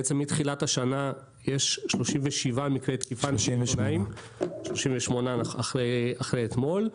מתחילת השנה יש 38 מקרי תקיפה נגד עיתונאים אחרי אתמול.